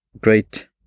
great